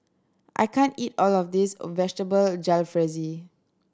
I can't eat all of this Vegetable Jalfrezi